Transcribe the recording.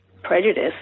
prejudice